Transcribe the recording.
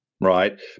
right